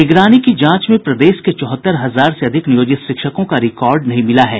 निगरानी की जांच में प्रदेश के चौहत्तर हजार से अधिक नियोजित शिक्षकों का रिकॉर्ड नहीं मिला है